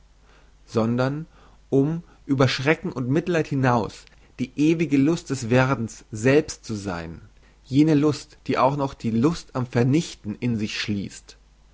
sondern um über schrecken und mitleid hinaus die ewige lust des werdens selbst zu sein jene lust die auch noch die lust am vernichten in sich schliesst